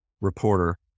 reporter